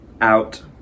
out